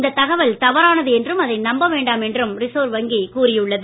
இந்த தகவல் தவறானது என்றும் அதை நம்பவேண்டாம் என்றும் ரிசர்வ் வங்கி கூறியுள்ளது